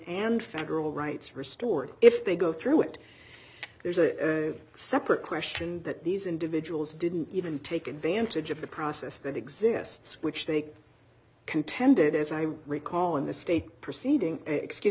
and federal rights restored if they go through it there's a separate question that these individuals didn't even take advantage of the process that exists which they contended as i recall in the state proceeding excuse